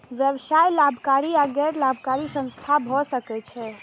व्यवसाय लाभकारी आ गैर लाभकारी संस्था भए सकै छै